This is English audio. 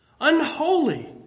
unholy